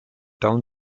town